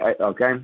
okay